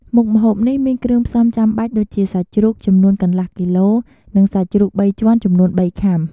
មុខម្ហូបនេះមានគ្រឿងផ្សំចាំបាច់ដូចជា សាច់ជ្រូក ចំនួន កន្លះគីឡូ និងសាច់ជ្រូកបីជាន់ចំនួន បីខាំ។